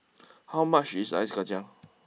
how much is Ice Kacang